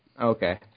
Okay